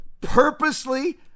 purposely